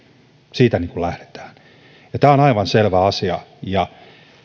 siitä lähdetään ja tämä on aivan selvä asia